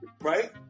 right